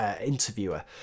interviewer